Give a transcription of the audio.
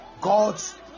God's